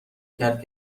کرد